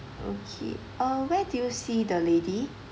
okay uh where do you see the lady